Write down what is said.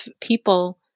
people